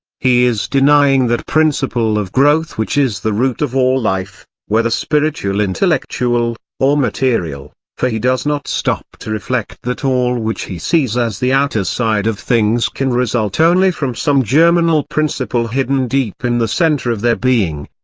he is denying that principle of growth which is the root of all life, whether spiritual intellectual, or material, for he does not stop to reflect that all which he sees as the outer side of things can result only from some germinal principle hidden deep in the centre of their being.